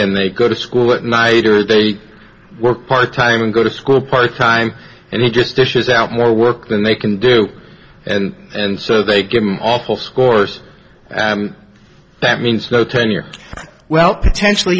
and they go to school at night or they work part time and go to school part time and it just pushes out more work than they can do and and so they give an awful scores that means no tenure well potentially